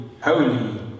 holy